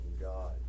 God